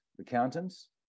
accountants